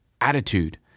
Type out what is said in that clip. attitude